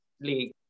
League